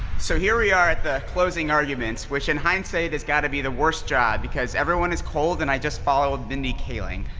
so here we are at the closing arguments, which in hindsight, has got to be the worst job because everyone is cold and i just followed mindy kaling.